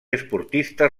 esportistes